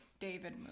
David